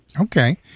okay